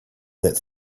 that